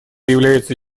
является